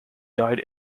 died